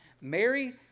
Mary